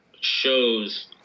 shows